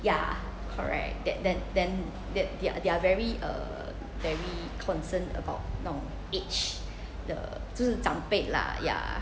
ya correct that then then that they are they are very err very concerned about 那种 age 的就是长辈 lah ya